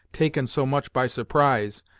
taken so much by surprise,